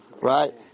right